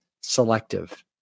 selective